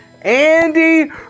Andy